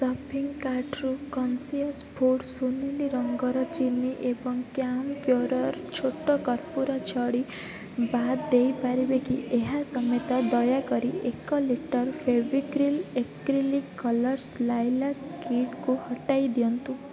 ମୋ ସପିଂ କାର୍ଟ୍ରୁ conscious food ସୁନେଲୀ ରଙ୍ଗର ଚିନି ଏବଂ କ୍ୟାମ୍ପ୍ୟୋର୍ର ଛୋଟ କର୍ପୂର ଛଡ଼ି ବାଦ୍ ଦେଇପାରିବେ କି ଏହା ସମେତ ଦୟାକରି ଏକ litre Fevicryl acrylic colours lilac କିଟ୍କୁ ହଟାଇ ଦିଅନ୍ତୁ